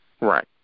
Right